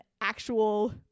actual